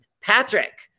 patrick